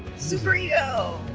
super ego!